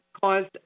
caused